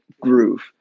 groove